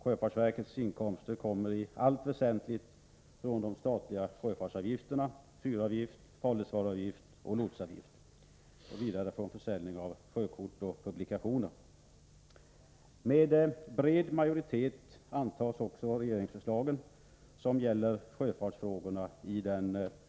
Sjöfartsverkets inkomster kommer i allt väsentligt från de statliga sjöfartsav = Nr 106 gifterna — fyravgift, farledsvaruavgift och lotsavgift.